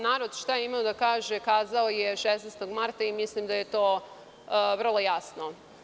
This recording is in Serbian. Narod šta je imao da kaže kazao je 16. marta i mislim da je to vrlo jasno.